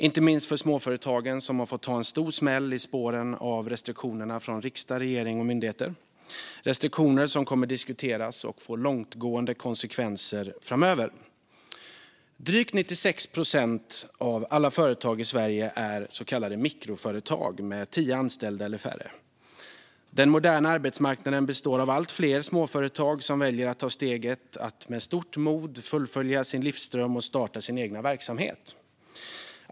Inte minst har den slagit hårt mot småföretagen, som har fått ta en stor smäll i spåren av restriktionerna från riksdag, regering och myndigheter. Dessa restriktioner kommer att diskuteras och få långtgående konsekvenser framöver. Drygt 96 procent av alla företag i Sverige är så kallade mikroföretag med tio anställda eller färre. Den moderna arbetsmarknaden består av allt fler småföretag som väljer att ta steget att med stort mod fullfölja sin livsdröm och starta sin egen verksamhet.